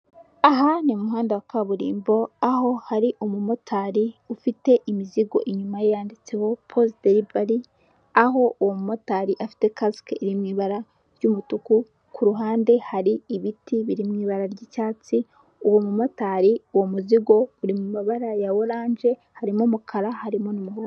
Aha ni umuhanda wa kaburimbo aho hari umumotari ufite imizigo inyuma yanditse wo Pose delivari, aho umumotari afite kasike iri mu ibara ry'umutuku, kuruhande hari ibiti biri mu ibara ry'icyatsi, uwo mumotari; uwo muzingo urimabara ya oranje harimo umukara, harimo n'umuhondo.